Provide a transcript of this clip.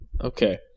Okay